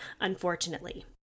unfortunately